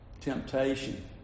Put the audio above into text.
temptation